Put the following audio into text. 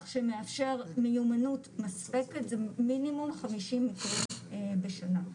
שמאפשר מיומנות מספקת זה מינימום 50 מקרים בשנה.